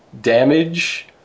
damage